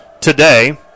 today